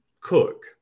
cook